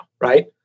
right